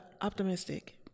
Optimistic